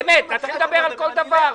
באמת, נתחיל לדבר על כל דבר?